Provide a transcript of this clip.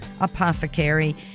Apothecary